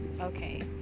okay